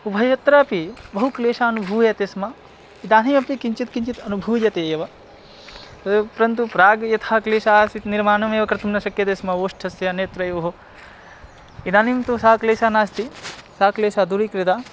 उभयत्रापि बहु क्लेशा अनुभूयते स्म इदानीमपि किञ्चित् किञ्चित् अनुभूयते एव तदेव परन्तु प्राग् यथा क्लेशः आसीत् निर्माणमेव कर्तुं न शक्यते स्म ओष्ठस्य नेत्रयोः इदानीं तु सा क्लेशा नास्ति सा क्लेशा दूरीकृता